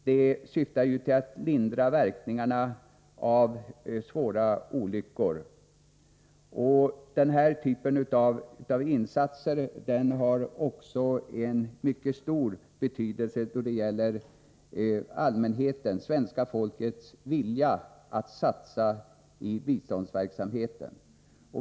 Det syftar ju till att lindra verkningarna av svåra olyckor. Den typen av insatser har också mycket stor betydelse då det gäller svenska folkets vilja att satsa i biståndsverksamheten.